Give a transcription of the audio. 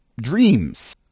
dreams